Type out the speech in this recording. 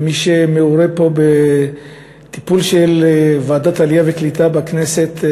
וכמי שמעורה פה בטיפול של ועדת העלייה והקליטה בכנסת,